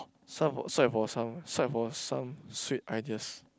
swipe for swipe for some swipe for some sweet ideas